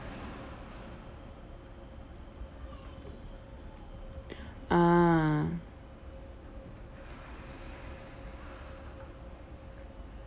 ah